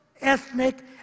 ethnic